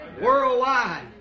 Worldwide